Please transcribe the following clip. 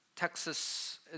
Texas